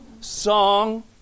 Song